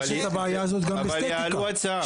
אבל יעלו הצעה.